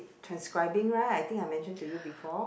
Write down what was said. transcribing right I think I mentioned to you before